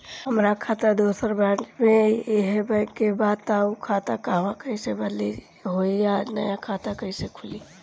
हमार खाता दोसर ब्रांच में इहे बैंक के बा त उ खाता इहवा कइसे बदली होई आ नया खाता कइसे खुली?